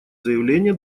заявление